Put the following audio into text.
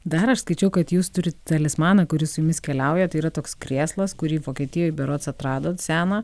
dar aš skaičiau kad jūs turit talismaną kuris su jumis keliauja tai yra toks krėslas kurį vokietijoj berods atradot seną